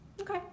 Okay